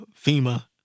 FEMA